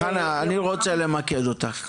חנה, אני רוצה למקד אותך.